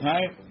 Right